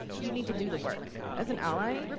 you need to do the work. as an ally,